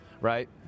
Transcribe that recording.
right